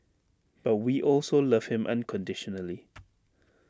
but we also love him unconditionally